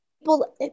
People